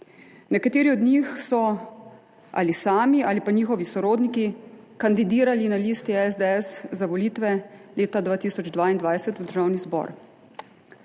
Nekateri od njih so, sami ali pa njihovi sorodniki, kandidirali na listi SDS za volitve leta 2022 v Državni zbor.